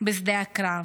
בשדה הקרב?